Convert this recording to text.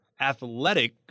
athletic